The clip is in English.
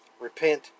Repent